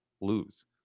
lose